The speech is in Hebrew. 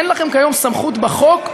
אין לכם כיום סמכות בחוק,